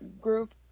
group